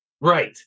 Right